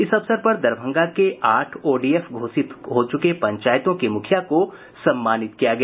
इस अवसर पर दरभंगा के आठ ओडीएफ घोषित हो चुके पंचायतों के मुखिया को सम्मानित किया गया